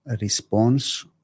response